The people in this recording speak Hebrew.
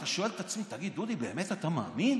אתה שואל אותי: באמת, דודי, אתה מאמין?